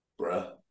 Bruh